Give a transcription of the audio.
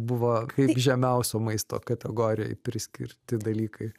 buvo kaip žemiausio maisto kategorijai priskirti dalykai